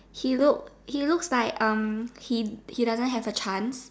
he look he looks like um he he doesn't have a chance